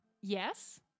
Yes